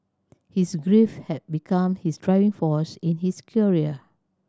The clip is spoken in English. his grief had become his driving force in his career